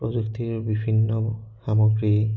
প্ৰযুক্তিৰ বিভিন্ন সামগ্ৰী